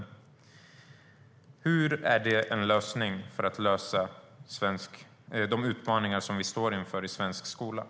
Hur är det en lösning på de utmaningar vi står inför i svensk skola?